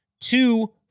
two